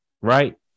Right